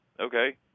okay